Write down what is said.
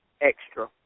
extra